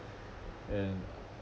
and